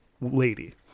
lady